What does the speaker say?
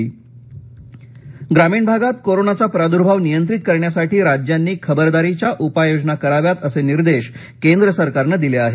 ग्रामीण कोरोना ग्रामीण भागात कोरोनाचा प्रादुर्भाव नियंत्रित करण्यासाठी राज्यांनी खबरदारीच्या उपाय योजना कराव्यात असे निर्देश केंद्र सरकारनं दिले आहेत